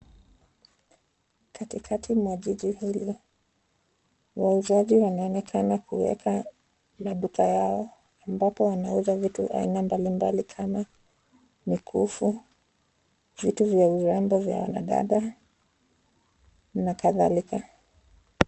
Katikati mwa jiji hili Wauzaji wanaonekana kuweka maduka Yao ambabo wanauza vitu aina mbalimbali kama mikufu, vitu za urembo vya wanadada na khadhalika.